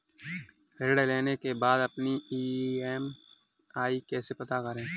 ऋण लेने के बाद अपनी ई.एम.आई कैसे पता करें?